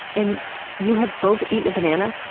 and you have both eaten a banana,